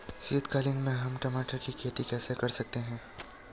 शीतकालीन में हम टमाटर की खेती कैसे कर सकते हैं?